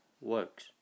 works